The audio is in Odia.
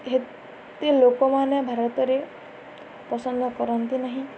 ଏତେ ଲୋକମାନେ ଭାରତରେ ପସନ୍ଦ କରନ୍ତି ନାହିଁ